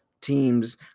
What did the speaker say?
teams